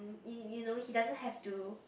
you you know he doesn't have to